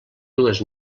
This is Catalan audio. dues